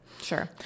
Sure